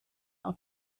auf